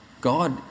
God